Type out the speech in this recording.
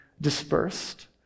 dispersed